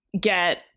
get